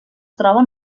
troben